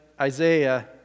Isaiah